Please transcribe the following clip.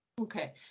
Okay